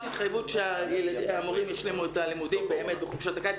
התחייבות שהמורים ישלימו את הלימודים באמת בחופשת הקיץ.